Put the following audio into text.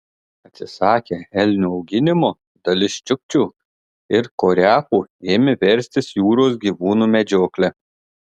atsisakę elnių auginimo dalis čiukčių ir koriakų ėmė verstis jūros gyvūnų medžiokle